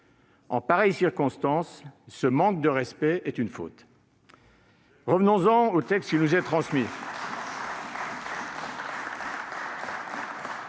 En pareilles circonstances, ce manque de respect est une faute ! Revenons-en au texte qui nous est transmis.